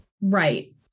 Right